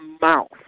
mouth